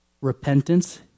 repentance